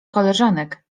koleżanek